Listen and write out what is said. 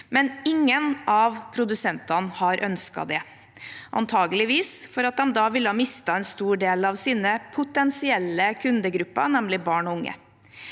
men ingen av produsen tene har ønsket det – antageligvis fordi de da ville miste en stor del av sin potensielle kundegruppe, nemlig barn og unge.